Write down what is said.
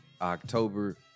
October